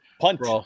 Punch